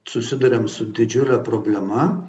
susiduriam su didžiule problema